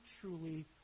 truly